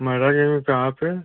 महाराजगंज में कहाँ पर